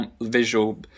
visual